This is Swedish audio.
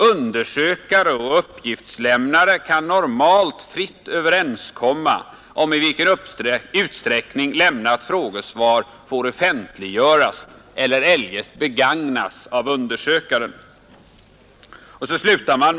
Undersökare och uppgiftslämnare kan normalt fritt överenskomma om i vilken utstri ning lämnat frågesvar får offentliggöras eller eljest begagnas av undersökaren.